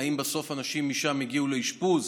האם אנשים הגיעו משם לאשפוז?